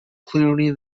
clearly